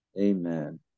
Amen